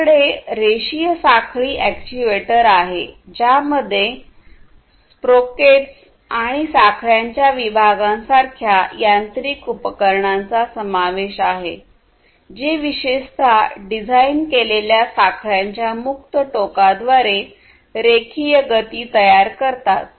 आपल्याकडे रेषीय साखळी अॅक्ट्यूएटर आहे ज्यामध्ये स्प्रोककेट्स आणि साखळ्यांच्या विभागांसारख्या यांत्रिक उपकरणांचा समावेश आहे जे विशेषतः डिझाइन केलेल्या साखळ्यांच्या मुक्त टोकांद्वारे रेखीय गति तयार करतात